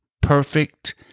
perfect